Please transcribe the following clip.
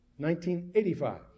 1985